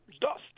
dust